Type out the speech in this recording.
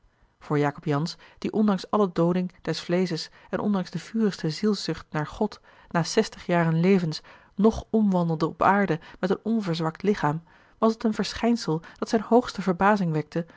voor jacob jansz die ondanks alle dooding des vleesches en ondanks de vurigste zielszucht naar god na zestig jaren levens nog omwandelde op aarde met een onverzwakt lichaam was het een verschijnsel dat zijne hoogste verbazing wekte